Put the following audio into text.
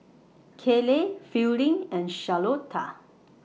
Kayley Fielding and Charlotta